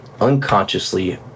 unconsciously